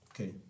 Okay